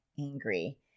angry